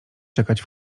czekać